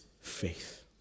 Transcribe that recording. faith